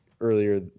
earlier